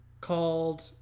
called